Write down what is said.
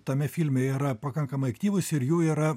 tame filme yra pakankamai aktyvūs ir jų yra